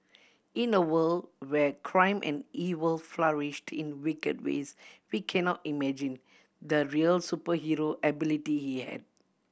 in a world where crime and evil flourished in wicked ways we cannot imagine the real superhero ability he had